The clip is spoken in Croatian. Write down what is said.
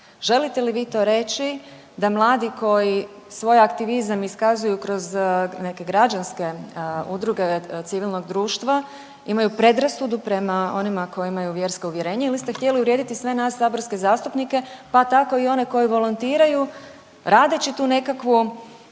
Želite li vi to reći da mladi koji svoj aktivizam iskazuju kroz neke građanske udruge civilnog društva imaju predrasudu prema onima koji imaju vjerska uvjerenja ili ste htjeli uvrijediti sve nas saborske zastupnike pa tako i one koji volontiraju radeću tu nekakvu,